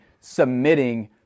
submitting